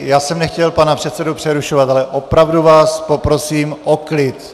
Já jsem nechtěl pana předsedu přerušovat, ale opravdu vás poprosím o klid!